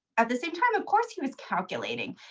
at the same time, of course he was calculating.